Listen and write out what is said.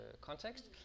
context